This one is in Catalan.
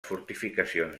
fortificacions